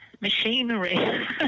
machinery